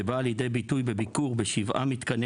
שבאה לידי ביטוי בביקור בשבעה מתקני